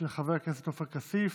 של חבר הכנסת עופר כסיף,